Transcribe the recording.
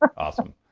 awesome.